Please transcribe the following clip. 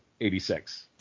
86